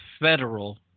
federal